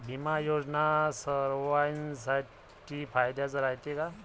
बिमा योजना सर्वाईसाठी फायद्याचं रायते का?